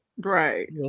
Right